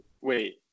Wait